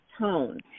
tone